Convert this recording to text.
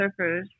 surfers